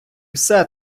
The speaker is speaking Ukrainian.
все